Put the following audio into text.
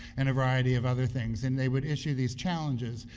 and a variety of other things, and they would issue these challenges.